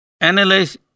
Analyze